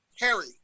Harry